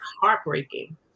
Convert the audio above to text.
heartbreaking